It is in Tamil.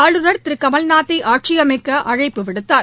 ஆளுநர் திரு கமல்நாத்தை ஆட்சி அமைக்க அழைப்பு விடுத்தார்